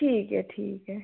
ठीक ऐ ठीक ऐ